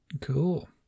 Cool